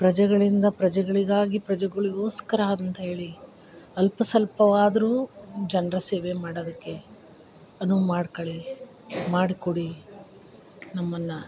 ಪ್ರಜೆಗಳಿಂದ ಪ್ರಜೆಗಳಿಗಾಗಿ ಪ್ರಜೆಗಳಿಗೋಸ್ಕರಾಂತ ಹೇಳಿ ಅಲ್ಪ ಸ್ವಲ್ಪವಾದ್ರು ಜನರ ಸೇವೆ ಮಾಡೋದಕ್ಕೆ ಅನುವು ಮಾಡ್ಕೊಳಿ ಮಾಡಿಕೊಡಿ ನಮ್ಮನ್ನು